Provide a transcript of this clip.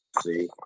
see